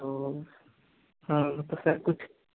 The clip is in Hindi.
तो हाँ तो सर कुछ